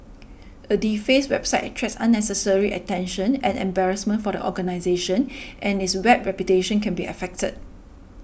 a defaced website attracts unnecessary attention and embarrassment for the organisation and its web reputation can be affected